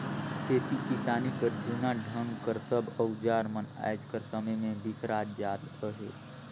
खेती किसानी कर जूना ढंग कर सब अउजार मन आएज कर समे मे बिसरात जात अहे